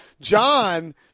John